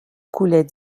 coulait